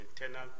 internal